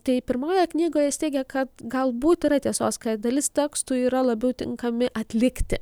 tai pirmoje knygoje jis teigia kad galbūt yra tiesos kad dalis tekstų yra labiau tinkami atlikti